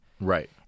Right